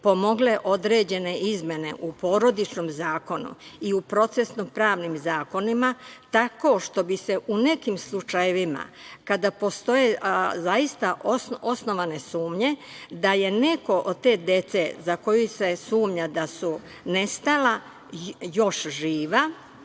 pomogle određene izmene u Porodičnom zakonu i u procesno-pravnim zakonima tako što bi se u nekim slučajevima, kada postoje zaista osnovane sumnje da je neko od te dece za koju se sumnja da su nestala još živa,